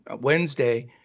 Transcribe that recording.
Wednesday